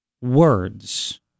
words